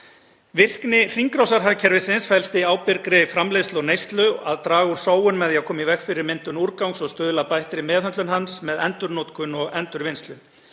Virkni hringrásarhagkerfisins felst í ábyrgri framleiðslu og neyslu, að draga úr sóun með því að koma í veg fyrir myndun úrgangs og stuðla að bættri meðhöndlun hans með endurnotkun og endurvinnslu.